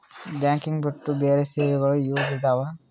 Banking ಬಿಟ್ಟು ಬೇರೆ ಸೇವೆಗಳು ಯೂಸ್ ಇದಾವ?